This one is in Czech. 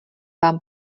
vám